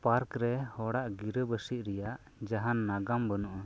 park ᱨᱮ ᱦᱚᱲᱟᱜ ᱜᱤᱨᱟᱹᱵᱟᱥᱤᱜ ᱨᱮᱭᱟᱜ ᱡᱟᱦᱟᱸᱱ ᱱᱟᱜᱟᱢ ᱵᱟᱹᱱᱩᱜᱼᱟ